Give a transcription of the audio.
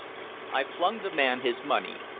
i flung the man his money,